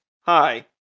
Hi